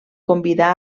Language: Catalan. convidà